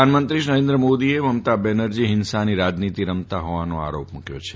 પ્રધાનમંત્રી શ્રી નરેન્દ્ર મોદીએ મમતા બેનરજી ફિંસાની રાજનીતિ રમતા ફોવાનો આરોપ મૂક્યો છે